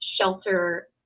shelter